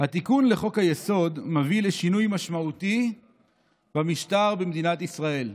"התיקון לחוק-היסוד מביא לשינוי משמעותי במשטר במדינת ישראל: